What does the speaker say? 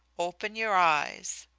open your eyes.